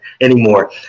anymore